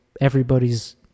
everybody's